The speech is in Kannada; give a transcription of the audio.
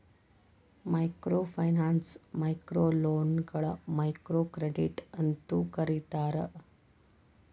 ಮೈಕ್ರೋಫೈನಾನ್ಸ್ ಮೈಕ್ರೋಲೋನ್ಗಳ ಮೈಕ್ರೋಕ್ರೆಡಿಟ್ ಅಂತೂ ಕರೇತಾರ